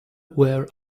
wear